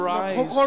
rise